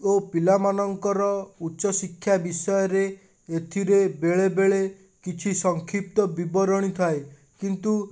ଓ ପିଲାମାନଙ୍କର ଉଚ୍ଚଶିକ୍ଷା ବିଷୟରେ ଏଥିରେ ବେଳେବେଳେ କିଛି ସଂକ୍ଷିପ୍ତ ବିବରଣୀ ଥାଏ କିନ୍ତୁ